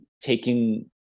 taking